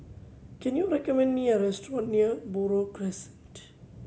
can you recommend me a restaurant near Buroh Crescent